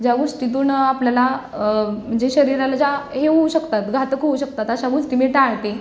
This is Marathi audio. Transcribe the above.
ज्या गोष्टीतून आपल्याला म्हणजे शरीराला ज्या हे होऊ शकतात घातक होऊ शकतात अशा गोष्टी मी टाळते